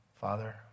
Father